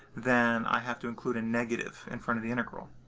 then i have to include a negative in front of the integral.